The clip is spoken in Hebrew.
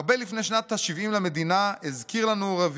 הרבה לפני שנת ה-70 למדינה הזכיר לנו ר'